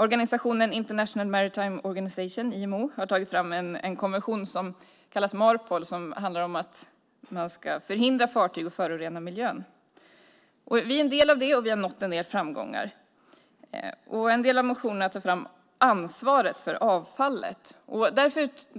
Organisationen International Maritime Organization, IMO, har tagit fram en konvention som kallas Marpol, som handlar om att man ska förhindra fartyg att förorena miljön. Vi är en del av det, och vi har nått en del framgångar. I en del av motionerna tar man upp ansvaret för avfallet. Där